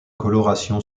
coloration